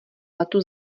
letu